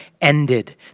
ended